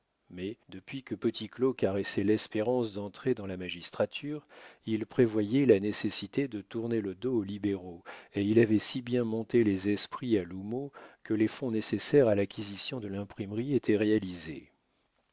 mais depuis que petit claud caressait l'espérance d'entrer dans la magistrature il prévoyait la nécessité de tourner le dos aux libéraux et il avait si bien monté les esprits à l'houmeau que les fonds nécessaires à l'acquisition de l'imprimerie étaient réalisés